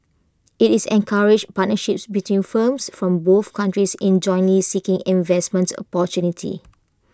IT is encourages partnerships between firms from both countries in jointly seeking investment opportunities